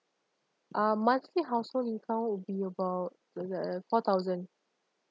uh monthly household income would be about uh four thousand